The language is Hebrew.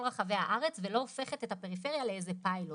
רחבי הארץ ולא הופכת את הפריפריה לאיזה שהוא פיילוט.